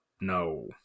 No